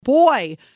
Boy